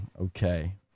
okay